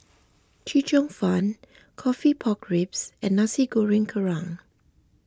Chee Cheong Fun Coffee Pork Ribs and Nasi Goreng Kerang